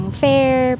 fair